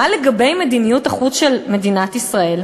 מה לגבי מדיניות החוץ של מדינת ישראל?